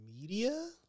Media